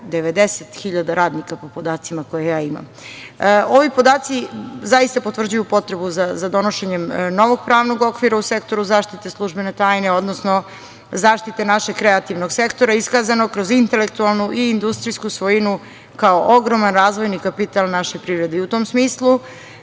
90.000 radnika, po podacima koje ja imam. Ovi podaci potvrđuju potrebu za donošenjem novog pravnog okvira u sektoru zaštite službene tajne, odnosno zaštite našeg kreativnog sektora iskazano kroz intelektualnu i industrijsku svojinu, kao ogroman razvojni kapital naše privrede.U tom smislu,